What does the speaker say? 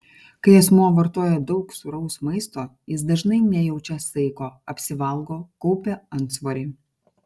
kai asmuo vartoja daug sūraus maisto jis dažnai nejaučia saiko apsivalgo kaupia antsvorį